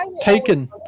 taken